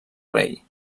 rei